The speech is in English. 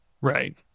Right